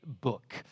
book